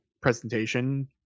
presentation